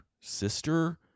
sister